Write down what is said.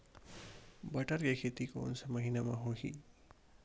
बटर के खेती कोन से महिना म होही?